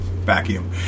vacuum